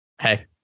hey